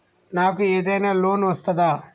నాకు ఏదైనా లోన్ వస్తదా?